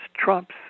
trumps